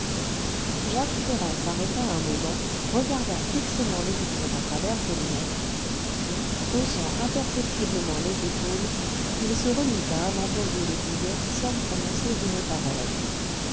jacques ferrand s'arrêta un moment regarda fixement le vicomte à travers ses lunettes puis haussant imperceptiblement les épaules il se remit à inventorier les billets sans prononcer une parole